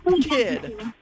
kid